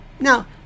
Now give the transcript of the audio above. Now